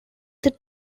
that